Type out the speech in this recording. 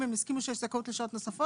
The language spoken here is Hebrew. אם הם הסכימו שיש זכאות לשעות נוספות,